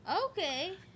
Okay